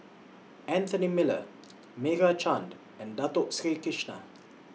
Anthony Miller Meira Chand and Dato Sri Krishna